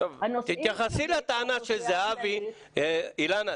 הנושאים --- אילנה,